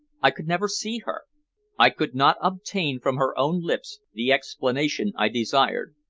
i could never see her i could not obtain from her own lips the explanation i desired.